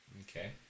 okay